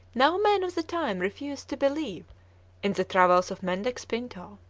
now men of the time refused to believe in the travels of mendex pinto.